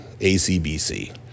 ACBC